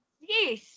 yes